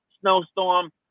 snowstorm